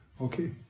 Okay